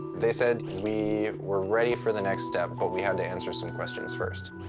they said we were ready for the next step but we had to answer some questions first.